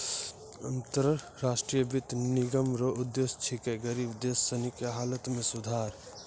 अन्तर राष्ट्रीय वित्त निगम रो उद्देश्य छिकै गरीब देश सनी के हालत मे सुधार